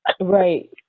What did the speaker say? right